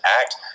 act